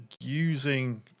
using